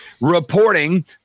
reporting